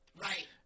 Right